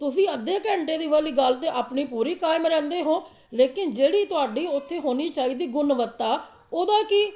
ਤੁਸੀਂ ਅੱਧੇ ਘੰਟੇ ਦੀ ਵਾਲੀ ਗੱਲ 'ਤੇ ਆਪਣੀ ਪੂਰੀ ਕਾਇਮ ਰਹਿੰਦੇ ਹੋ ਲੇਕਿਨ ਜਿਹੜੀ ਤੁਹਾਡੀ ਉੱਥੇ ਹੋਣੀ ਚਾਹੀਦੀ ਗੁਣਵੱਤਾ ਉਹਦਾ ਕੀ